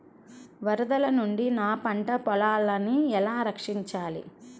వరదల నుండి నా పంట పొలాలని ఎలా రక్షించాలి?